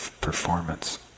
performance